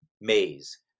maze